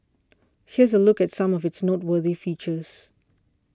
here's a look at some of its noteworthy features